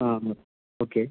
ആ മ് ഓക്കെ